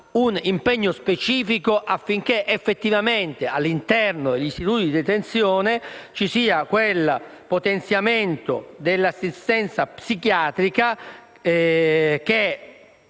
un impegno specifico affinché effettivamente, all'interno di tali istituti, ci sia quel potenziamento dell'assistenza psichiatrica che,